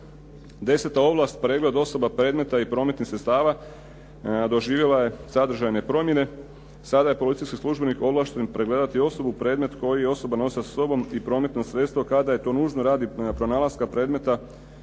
10. ovlast, pregled osoba, predmeta i prometnih sredstava doživjela je sadržajne promjene. Sada je policijski službenik ovlašten pregledati osobu i predmet koji osoba nosi sa sobom i prometno sredstvo kada je to nužno radi pronalaska predmeta